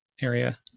area